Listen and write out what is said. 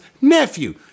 nephew